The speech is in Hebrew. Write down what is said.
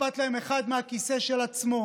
אכפת להם כל אחד מהכיסא של עצמו.